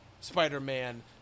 Spider-Man